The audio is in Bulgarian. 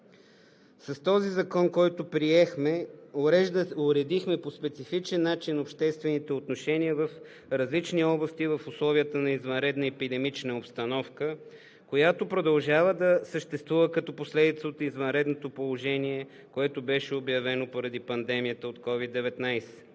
С този закон, който приехме, уредихме по специфичен начин обществените отношения в различни области в условията на извънредна епидемична обстановка, която продължава да съществува като последица от извънредното положение, което беше обявено поради пандемията от COVID-19.